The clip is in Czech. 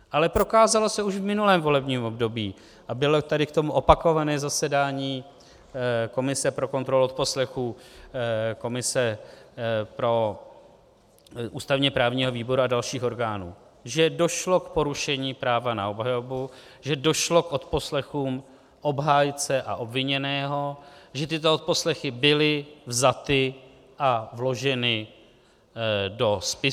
Ale prokázalo se už v minulém volebním období, a bylo tady k tomu opakované zasedání komise pro kontrolu odposlechů, ústavněprávního výboru a dalších orgánů, že došlo k porušení práva na obhajobu, že došlo k odposlechům obhájce a obviněného, že tyto odposlechy byly vzaty a vloženy do spisu.